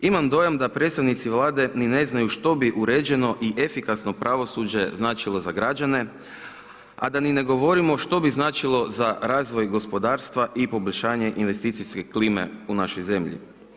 Imam dojam da predstavnici Vlade ni ne znaju što bi uređeno i efikasno pravosuđe značilo za građane, a da ni ne govorimo što bi značilo za razvoj gospodarstva i poboljšanje investicijske klime u našoj zemlji.